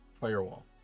firewall